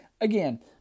again